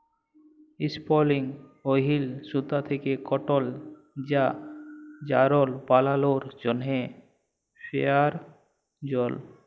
ইসপিলিং ওহিল সুতা থ্যাকে কটল বা যারল বালালোর জ্যনহে পেরায়জল